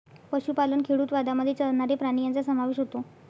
पशुपालन खेडूतवादामध्ये चरणारे प्राणी यांचा समावेश होतो